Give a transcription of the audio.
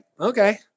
okay